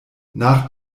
nach